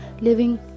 living